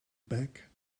back